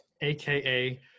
AKA